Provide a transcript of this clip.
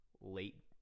late